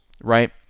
right